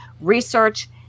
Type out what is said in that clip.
research